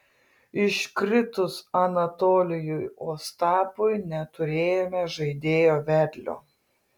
iškritus anatolijui ostapui neturėjome žaidėjo vedlio